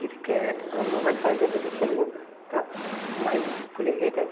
cricket mobile ସାହଯ୍ୟ ଯଦି ଖେଲିବୁ ତା ମାଇଣ୍ଡଫୁଲି ହୋଇଥାଏ